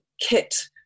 kit